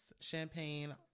champagne